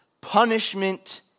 punishment